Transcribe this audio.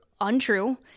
untrue